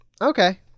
Okay